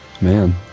Man